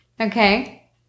Okay